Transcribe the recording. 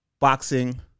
Boxing